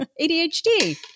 ADHD